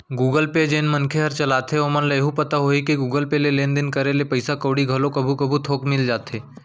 Google Pay जेन मनखे हर चलाथे ओमन ल एहू पता होही कि गुगल पे ले लेन देन करे ले पइसा कउड़ी घलो कभू कभू थोक मिल जाथे